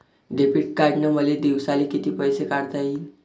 Debit कार्डनं मले दिवसाले कितीक पैसे काढता येईन?